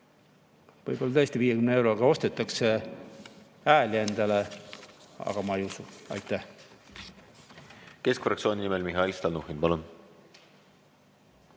Võib-olla tõesti 50 euroga ostetakse endale hääli, aga ma ei usu. Aitäh! Keskfraktsiooni nimel Mihhail Stalnuhhin, palun!